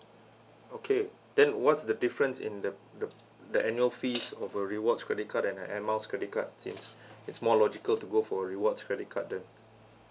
okay then what's the difference in the the the annual fees of a rewards credit card and a air miles credit card since it's more logical to go for a rewards credit card then